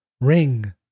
RING